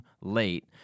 late